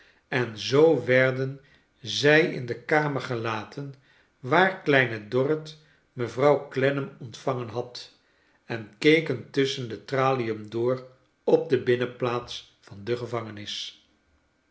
en zoo werden zij in de kamer gelaten waar kleine dorrit mevrouw clennam ontvangen had en keken tusschen de tralien door op de binnenplaats van de gevangenis